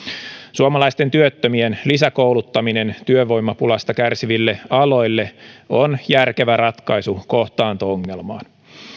suomalaisten työttömien lisäkouluttaminen työvoimapulasta kärsiville aloille on järkevä ratkaisu kohtaanto ongelmaan